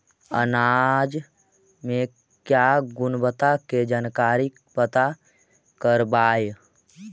अनाज मे क्या गुणवत्ता के जानकारी पता करबाय?